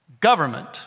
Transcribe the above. Government